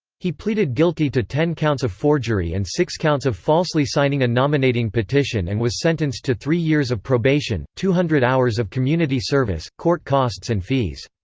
he pleaded guilty to ten counts of forgery and six counts of falsely signing a nominating petition and was sentenced to three years of probation, two hundred hours of community service, court costs and fees.